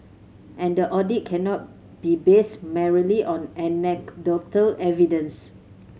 and the audit cannot be based merely on anecdotal evidence